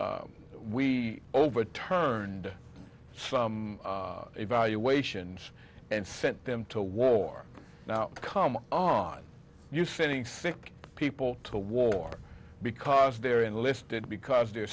s we overturned some evaluations and sent them to war now come on you sending sick people to war because they're enlisted because they're